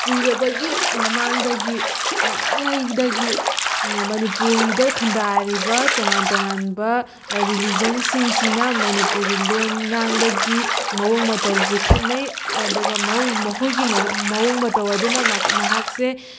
ꯀꯧꯏꯔꯕꯒꯤ ꯃꯃꯥꯡꯗꯒꯤ ꯃꯃꯥꯡꯉꯩꯗꯒꯤ ꯃꯅꯤꯄꯨꯔꯤꯗ ꯈꯨꯟꯗꯥꯔꯤꯕ ꯇꯣꯉꯥꯟ ꯇꯣꯉꯥꯟꯕ ꯔꯤꯂꯤꯖꯟꯁꯤꯡꯁꯤꯅ ꯃꯅꯤꯄꯨꯔꯤ ꯂꯣꯟ ꯉꯥꯡꯕꯒꯤ ꯃꯑꯣꯡ ꯃꯇꯧꯁꯤ ꯈꯦꯠꯅꯩ ꯑꯗꯨꯒ ꯃꯈꯣꯏꯒꯤ ꯃꯑꯣꯡ ꯃꯇꯧ ꯑꯗꯨꯅ ꯃꯍꯥꯛꯁꯦ